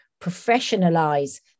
professionalize